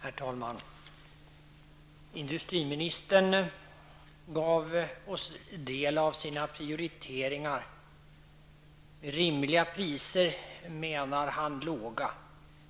Herr talman! Industriministern gav oss del av sina prioriteringar. Med rimliga priser menar han låga priser.